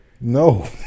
No